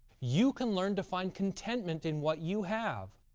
you can learn to find contentment in what you have,